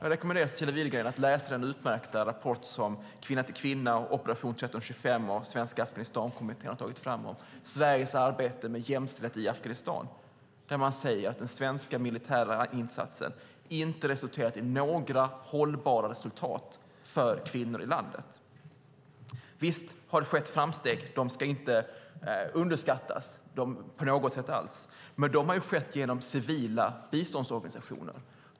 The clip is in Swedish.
Jag rekommenderar Cecilia Widegren att läsa den utmärkta rapport som Kvinna till Kvinna, Operation 1325 och Svenska Afghanistankommittén har tagit fram om Sveriges arbete med jämställdhet i Afghanistan. Där säger man att den svenska militära insatsen inte har resulterat i några hållbara resultat för kvinnor i landet. Visst har det skett framsteg, och de ska inte underskattas på något sätt. Men de har skett genom civila biståndsorganisationer.